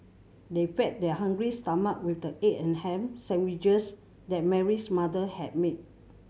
they fed their hungry stomach with the egg and ham sandwiches that Mary's mother had made